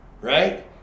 right